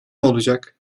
olacak